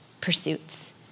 pursuits